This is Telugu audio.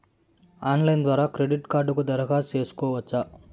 ఆన్లైన్ ద్వారా క్రెడిట్ కార్డుకు దరఖాస్తు సేసుకోవచ్చా?